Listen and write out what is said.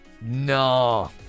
no